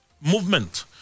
movement